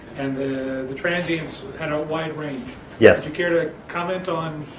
and the the transients had a wide range yes. you care to comment on.